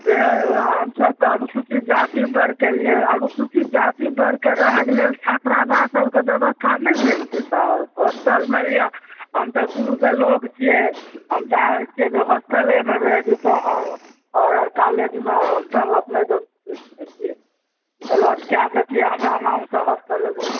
से हमसभ अनुसूचित जाति वर्गके रहै के लेल छात्रावास सभके बेबस्था नहि भेल छै सर हॉस्टलमे हमसभ दूरके लोक छिए हम चाहै छिए जे होस्टलेमे रहि जेतहुँ हँ आओर कॉलेजमे हॉस्टल अपनेके एलॉट कऽ देतिए हमरा नामसँ एगो